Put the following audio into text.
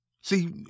See